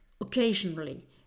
occasionally